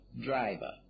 driver